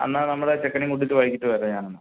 അന്നാ നമ്മളെ ചെക്കനേയും കൂട്ടിയിട്ട് വൈകിട്ട് വരാം ഞാനെന്നാൽ